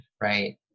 right